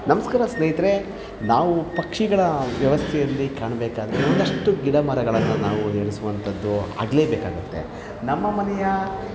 ನಮಸ್ಕಾರ ಸ್ನೇಹಿತರೆ ನಾವು ಪಕ್ಷಿಗಳ ವ್ಯವಸ್ಥೆಯಲ್ಲಿ ಕಾಣಬೇಕಾದ್ರೆ ಒಂದಷ್ಟು ಗಿಡ ಮರಗಳನ್ನು ನಾವು ನೆಡಿಸುವಂಥದ್ದು ಆಗಲೇ ಬೇಕಾಗುತ್ತೆ ನಮ್ಮ ಮನೆಯ